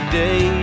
day